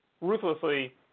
ruthlessly